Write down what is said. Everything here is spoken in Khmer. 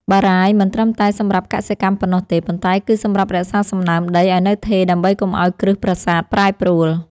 បារាយណ៍មិនត្រឹមតែសម្រាប់កសិកម្មប៉ុណ្ណោះទេ ប៉ុន្តែគឺសម្រាប់រក្សាសំណើមដីឱ្យនៅថេរដើម្បីកុំឱ្យគ្រឹះប្រាសាទប្រែប្រួល។